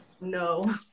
No